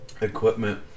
Equipment